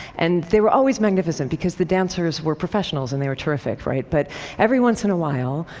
and they were always magnificent, because the dancers were professionals and they were terrific, right? but every once in a while,